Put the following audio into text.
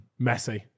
Messi